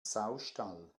saustall